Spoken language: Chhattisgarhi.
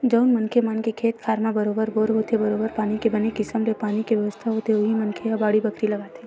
जउन मनखे मन के खेत खार म बरोबर बोर होथे बरोबर पानी के बने किसम ले पानी के बेवस्था होथे उही मनखे ह बाड़ी बखरी लगाथे